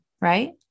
right